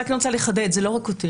אז אני רק רוצה לחדד, זו לא רק כותרת.